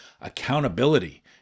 Accountability